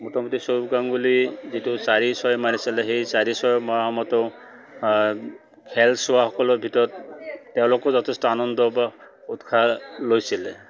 মোটামুটি সৌৰভ গাংগুলী যিটো চাৰি ছয় মাৰিছিলে সেই চাৰি ছয় মৰা সময়তো খেল চোৱাসকলৰ ভিতৰত তেওঁলোকো যথেষ্ট আনন্দ বা উৎসাহ লৈছিলে